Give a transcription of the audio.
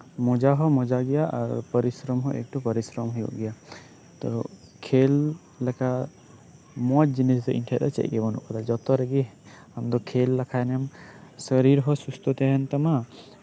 ᱢᱚᱸᱡᱟ ᱦᱚᱸ ᱢᱚᱸᱡᱟ ᱜᱮᱭᱟ ᱯᱚᱨᱤᱥᱚᱨᱚᱢ ᱦᱚᱸ ᱯᱚᱨᱤᱥᱚᱨᱚᱢ ᱦᱩᱭᱩᱜ ᱜᱮᱭᱟ ᱛᱳ ᱠᱷᱮᱞ ᱞᱮᱠᱟ ᱢᱚᱸᱡ ᱡᱤᱱᱤᱥ ᱫᱚ ᱪᱮᱫᱦᱚᱸ ᱵᱟᱹᱱᱩᱜ ᱠᱟᱫᱟ ᱡᱚᱛᱚ ᱨᱮᱜᱮ ᱟᱢᱫᱚ ᱠᱷᱮᱞ ᱞᱮᱠᱷᱟᱱ ᱮᱢ ᱥᱚᱨᱚᱨ ᱦᱚᱸ ᱥᱩᱥᱛᱷᱳ ᱛᱟᱸᱦᱮᱱ ᱛᱟᱢᱟ